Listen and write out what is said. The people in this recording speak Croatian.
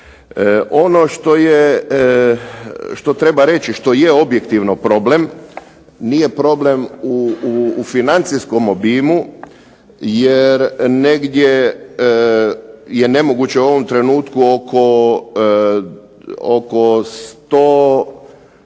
Ono što treba reći, što je objektivno problem nije problem u financijskom obliku, jer negdje je nemoguće u ovom trenutku oko 140